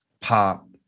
pop